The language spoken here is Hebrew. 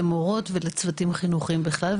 למורות ולצוותים חינוכיים בכלל.